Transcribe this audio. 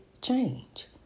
change